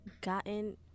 gotten